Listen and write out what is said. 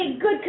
good